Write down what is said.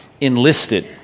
Enlisted